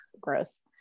gross